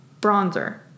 Bronzer